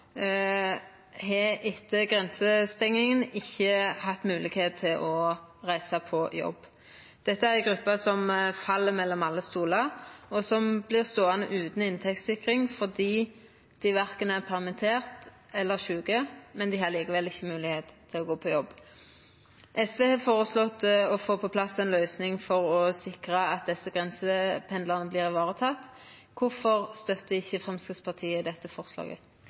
har etter grensestenginga ikkje hatt moglegheit til å reisa på jobb. Dette er ei gruppe som fell mellom alle stolar, og som vert ståande utan inntektssikring fordi dei korkje er permitterte eller sjuke, men dei har likevel inga moglegheit til å gå på jobb. SV har føreslått å få på plass ei løysing for å sikra at desse grensependlarane vert varetekne. Kvifor støttar ikkje Framstegspartiet dette forslaget?